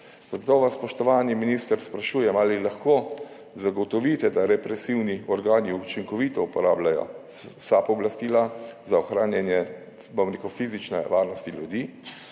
Zato vas, spoštovani minister, sprašujem: Ali lahko zagotovite, da represivni organi učinkovito uporabljajo vsa pooblastila za ohranjanje fizične varnosti ljudi?